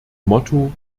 motto